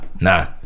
nah